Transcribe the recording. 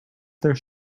there